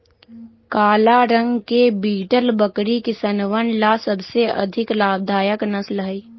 काला रंग के बीटल बकरी किसनवन ला सबसे अधिक लाभदायक नस्ल हई